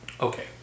Okay